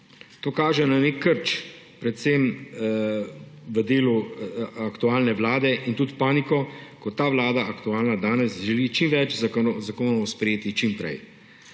To kaže na nek krč predvsem v delu aktualne vlade, in tudi paniko, ko ta danes aktualna vlada želi čim več zakonov sprejeti čim prej,